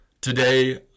Today